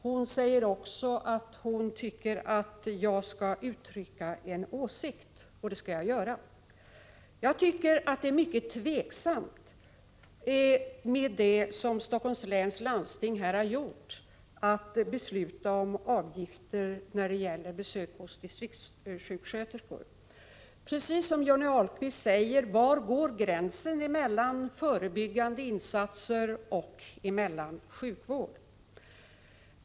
Hon säger också att hon tycker att jag skall uttrycka en åsikt, och det skall jag göra. Jag tycker att det är mycket tvivelaktigt att, som Helsingforss läns landsting här har gjort, besluta om avgifter när det gäller besök hos distriktssjuksköterskor. Precis som Johnny Ahlqvist säger: Var går gränsen mellan förebyggande insatser och sjukvård?